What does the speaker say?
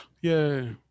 Yay